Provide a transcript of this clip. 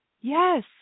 Yes